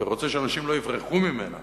ורוצה שאנשים לא יברחו ממנה